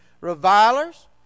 Revilers